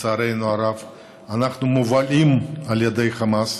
לצערנו הרב אנחנו מובלים על ידי חמאס,